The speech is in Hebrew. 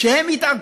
הוא שהם התעקשו,